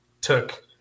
took